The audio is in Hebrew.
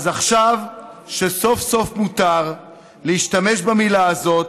אז עכשיו, כשסוף-סוף מותר להשתמש במילה הזאת,